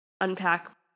unpack